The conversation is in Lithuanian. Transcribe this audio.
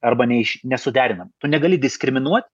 arba ne iš nesuderinamų tu negali diskriminuot